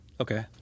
Okay